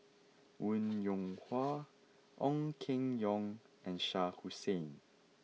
Wong Yoon Wah Ong Keng Yong and Shah Hussain